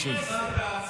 עשרה.